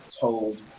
told